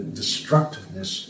destructiveness